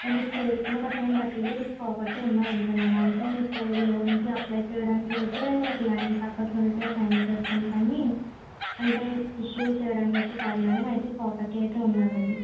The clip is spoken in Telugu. కానీ సేల్స్లో గట్టా ఏమి పెట్టలేదు జస్ట్ ప్రాపర్టీ ఉన్నది అంతే మేడం అంటే మీకు లోన్కి అప్లై చేయడానికి అయితే ల్యాండ్ పేపర్స్ అవి అయితే సైన్ చేస్తాము కానీ అంటే ఇష్యూ చేయడానికి అయితే కాదు మేడం అయితే ప్రాపర్టీ అయితే ఉన్నాది అండి